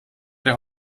der